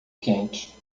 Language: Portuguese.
quente